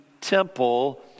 temple